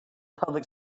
public